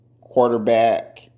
quarterback